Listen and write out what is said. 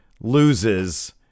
loses